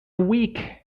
week